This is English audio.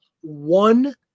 one